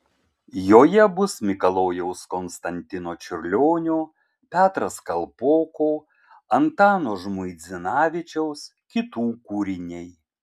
joje bus mikalojaus konstantino čiurlionio petras kalpoko antano žmuidzinavičiaus kitų kūriniai